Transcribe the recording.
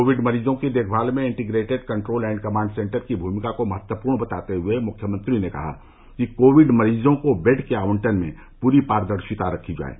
Covid मरीजों की देखभाल में integrated control and command centre की भूमिका को महत्वपूर्ण बताते हुए मुख्यमंत्री ने कहा कि कोविड मरीजों को बेड के आवंटन में पूरी पारदर्शिता रखी जाये